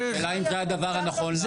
השאלה היא אם זה הדבר הנכון לעשות.